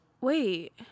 wait